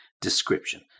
description